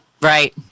Right